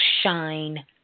shine